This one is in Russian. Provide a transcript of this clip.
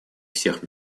всех